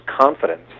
confidence